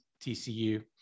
TCU